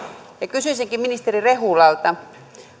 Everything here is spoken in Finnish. kysyisinkin ministeri rehulalta